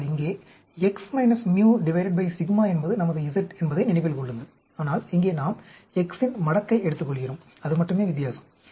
ஆனால் இங்கே x μ என்பது நமது z என்பதை நினைவில் கொள்ளுங்கள் ஆனால் இங்கே நாம் x இன் மடக்கை எடுத்துக்கொள்கிறோம் அது மட்டுமே வித்தியாசம்